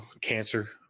cancer